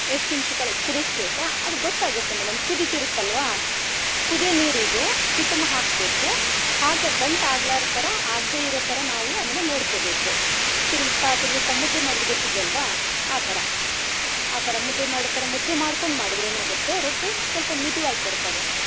ಎಷ್ಟು ನಿಮ್ಷ ಕಾಲ ಕುದಿಸ್ಬೇಕಾ ಅದು ಗೊತ್ತಾಗುತ್ತೆ ಮೇಡಂ ಕುದಿತ್ತಿರುತ್ತಲ್ವಾ ಕುದಿಯೋ ನೀರಿಗೆ ಹಿಟ್ಟನ್ನು ಹಾಕಬೇಕು ಹಾಕಿ ಗಂಟು ಆಗ್ಲಾರ್ದ ಥರ ಆಗದೇ ಇರೋ ಥರ ನಾವು ಅದನ್ನ ನೋಡ್ಕೋಬೇಕು ತಿರುಗಿಸ್ತಾ ತಿರುಗಿಸ್ತಾ ಮುದ್ದೆ ಮಾಡೋದು ಗೊತ್ತಿದೆ ಅಲ್ವಾ ಆ ಥರ ಆ ಥರ ಮುದ್ದೆ ಮಾಡೋ ಥರ ಮುದ್ದೆ ಮಾಡ್ಕೊಂಡು ಮಾಡದ್ರೆ ಏನಾಗುತ್ತೆ ರೊಟ್ಟಿ ಸ್ವಲ್ಪ ಮಿದುವಾಗಿ ಬರ್ತವೆ